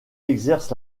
exerce